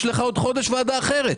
יש לך עוד חודש ועדה אחרת.